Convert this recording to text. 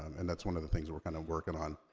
and that's one of the things we're kinda working on,